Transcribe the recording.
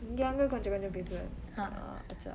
இங்க அங்க கொஞ்சொ கொஞ்சொ பேசுவ:inge angge konjo konjo pesuve